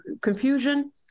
confusion